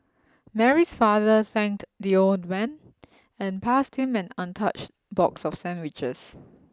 Mary's father thanked the old man and passed him an untouched box of sandwiches